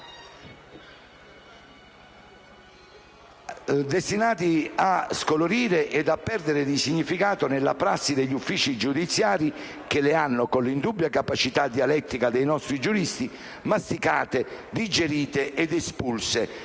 destinati a scolorire e a perdere di significato nelle prassi degli uffici giudiziari, che le hanno, con l'indubbia capacità dialettica dei nostri giuristi, masticate, digerite ed espulse,